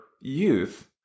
youth